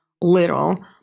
little